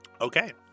Okay